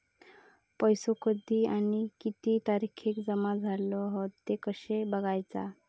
पैसो कधी आणि किती तारखेक जमा झाले हत ते कशे बगायचा?